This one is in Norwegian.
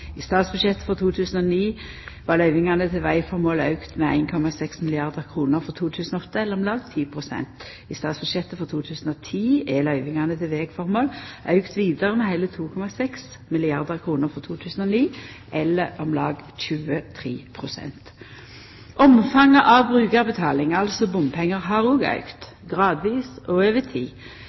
I statsbudsjettet for 2009 vart løyvingane til vegformål auka med 1,6 milliardar kr frå 2008, eller om lag 10 pst. I statsbudsjettet for 2010 er løyvingane til vegformål auka vidare med heile 2,6 milliardar kr frå 2009, eller om lag 23 pst. Omfanget av brukarbetaling, altså bompengar, har òg auka, gradvis og over tid.